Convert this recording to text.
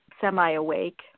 semi-awake